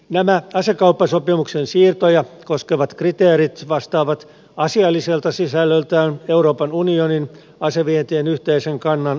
nämä asekauppasopimuksen siirtoja koskevat kriteerit vastaavat asialliselta sisällöltään euroopan unionin asevientien yhteisen kannan kriteeristöä